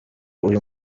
uyu